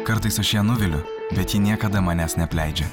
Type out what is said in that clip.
kartais aš ją nuviliu bet ji niekada manęs neapleidžia